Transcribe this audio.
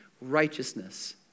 righteousness